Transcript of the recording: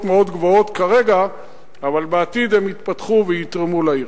מאוד גבוהות כרגע אבל בעתיד הם יתפתחו ויתרמו לעיר.